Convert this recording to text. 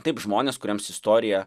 taip žmonės kuriems istorija